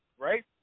right